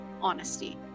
honesty